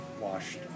washed